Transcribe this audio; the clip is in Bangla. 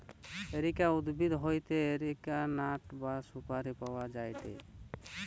এরিকা উদ্ভিদ হইতে এরিকা নাট বা সুপারি পাওয়া যায়টে